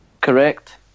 Correct